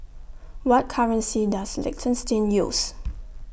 What currency Does Liechtenstein use